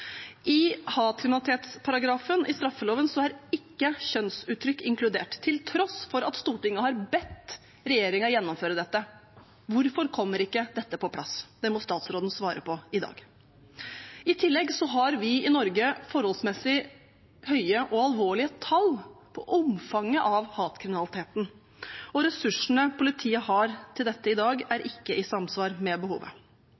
I hatkriminalitetsparagrafen i straffeloven er ikke kjønnsuttrykk inkludert, til tross for at Stortinget har bedt regjeringen gjennomføre dette. Hvorfor kommer ikke dette på plass? Det må statsråden svare på i dag. I tillegg har vi i Norge forholdsmessig høye og alvorlige tall på omfanget av hatkriminaliteten, og ressursene politiet har til dette i dag, er ikke i samsvar med behovet.